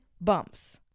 bumps